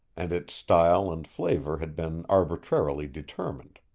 and its style and flavor had been arbitrarily determined.